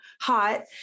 hot